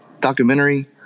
documentary